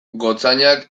gotzainak